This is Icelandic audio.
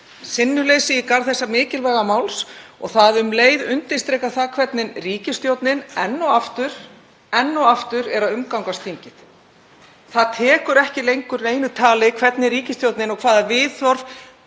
sinnuleysi í garð þessa mikilvæga máls og um leið undirstrika það hvernig ríkisstjórnin, enn og aftur, er að umgangast þingið. Það tekur ekki lengur neinu tali hvaða viðhorf